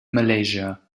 malaysia